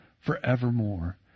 forevermore